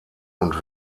und